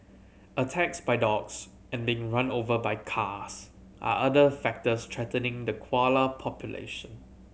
attacks by dogs and being run over by cars are other factors threatening the koala population